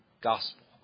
gospel